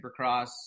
supercross